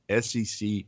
SEC